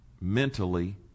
mentally